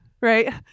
Right